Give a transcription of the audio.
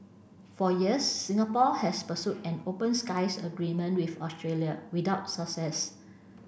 for years Singapore has pursued an open skies agreement with Australia without success